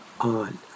on